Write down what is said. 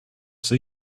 see